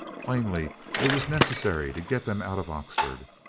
plainly it was necessary to get them out of oxford.